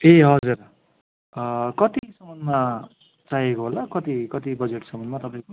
ए हजुर कतिसम्ममा चाहिएको होला कति कति बजेटसम्ममा तपाईँको